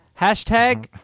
Hashtag